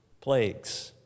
plagues